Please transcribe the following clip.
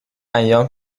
ایام